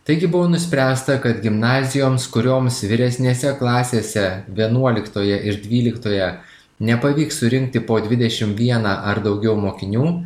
taigi buvo nuspręsta kad gimnazijoms kurioms vyresnėse klasėse vienuoliktoje ir dvyliktoje nepavyks surinkti po dvidešimt vieną ar daugiau mokinių